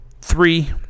three